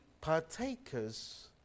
partakers